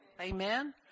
amen